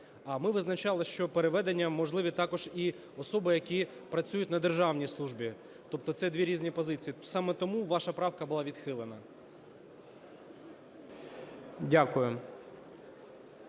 А ми визначали, що переведення можливі також і особи, які працюють на державній службі, тобто це дві різні позиції. Саме тому ваша правка була відхилена.